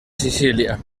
sicília